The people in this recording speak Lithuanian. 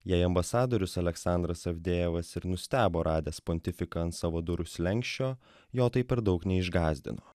jei ambasadorius aleksandras avdejevas ir nustebo radęs pontifiką ant savo durų slenksčio jo tai per daug neišgąsdino